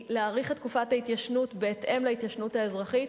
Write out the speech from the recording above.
היא להאריך את תקופת ההתיישנות בהתאם להתיישנות האזרחית,